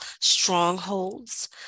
strongholds